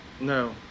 No